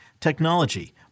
technology